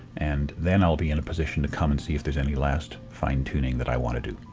and then i'll be in a position to come and see if there's any last fine tuning that i want to do.